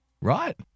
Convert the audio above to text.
Right